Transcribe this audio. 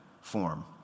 form